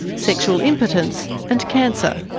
sexual impotence, and cancer.